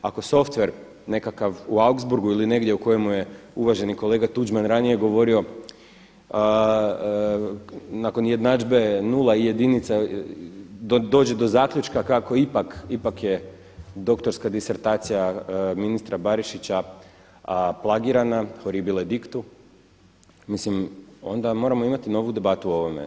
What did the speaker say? Ako softver nekakav u Augsburgu ili negdje o kojemu je uvaženi kolega Tuđman ranije govorio nakon jednadžbe nula jedinica dođe do zaključka kako ipak je doktorska disertacija ministra Barišića plagirana hore bile diktu, mislim onda moramo imati novu debatu o ovome.